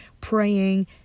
praying